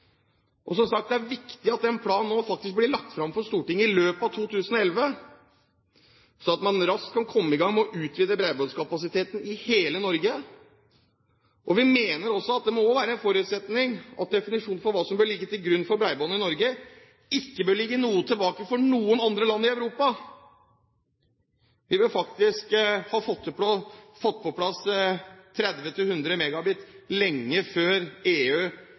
2015. Som sagt: Det er viktig at den planen nå faktisk blir lagt fram for Stortinget i løpet av 2011, så man raskt kan komme i gang med å utvide bredbåndskapasiteten i hele Norge. Vi mener også at det må være en forutsetning at definisjonen for hva som bør ligge til grunn for bredbånd i Norge, ikke bør ligge noe tilbake for definisjonen for noen andre land i Europa. Vi bør faktisk ha fått på plass 30–100 Mbit/s lenge før EU,